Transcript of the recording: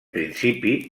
principi